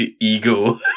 ego